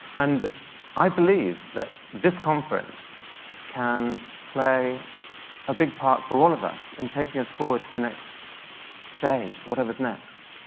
and i believe that this conference can play a big part for all of us in taking us forward to the next stage to whatever's next.